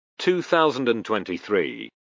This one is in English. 2023